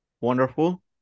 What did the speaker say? wonderful